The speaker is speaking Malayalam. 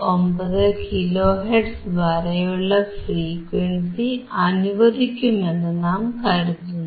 59 കിലോ ഹെർട്സ് വരെയുള്ള ഫ്രീക്വൻസി അനുവദിക്കുമെന്ന് നാം കരുതുന്നു